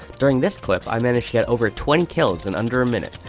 during this clip, i manage to get over twenty kills in under a minute.